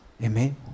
Amen